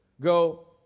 go